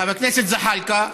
חבר הכנסת זחאלקה.